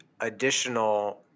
additional